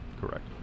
Correct